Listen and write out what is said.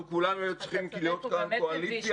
אנחנו כולנו היינו צריכים להיות כאן קואליציה